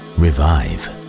revive